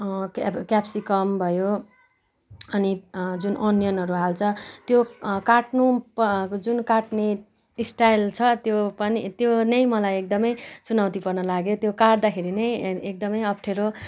क्या क्याप्सिकम भयो अनि जुन अनियनहरू हाल्छ त्यो काट्नु जुन काट्ने स्टाइल छ त्यो पनि त्यो नै मलाई एकदमै चुनौतीपूर्ण लाग्यो त्यो काट्दाखेरि नै एकदमै अप्ठ्यारो